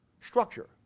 Structure